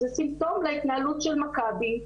זה סימפטום להתנהלות של מכבי,